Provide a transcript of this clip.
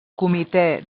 comitè